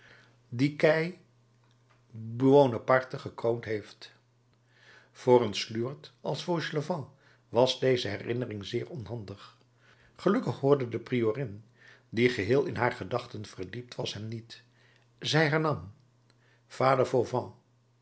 die kei buonaparte gekroond heeft voor een sluwerd als fauchelevent was deze herinnering zeer onhandig gelukkig hoorde de priorin die geheel in haar gedachten verdiept was hem niet zij hernam vader